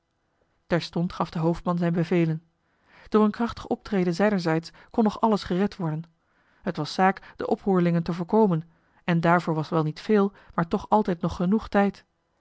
terstond gaf de hoofdman zijn bevelen door een krachtig optreden zijnerzijds kon nog alles gered worden het was zaak de oproerlingen te voorkomen en daarvoor was wel niet veel maar toch altijd nog genoeg tijd